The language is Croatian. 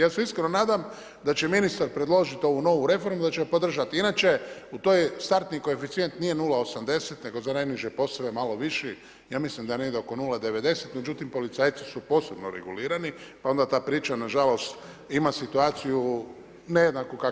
Ja se iskreno nadam da će ministar predložiti ovu novu reformu i da će je podržat, inače taj startni koeficijent nije 0,80 nego za najniže poslove malo viši, ja mislim da je negdje oko 0,90 međutim policajci su posebno regulirani pa onda ta priča nažalost ima situaciju nejednaku kakva je.